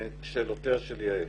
לשאלותיה של יעל.